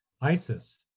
ISIS